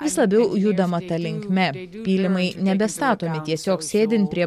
vis labiau judama ta linkme pylimai nebestatomi tiesiog sėdint prie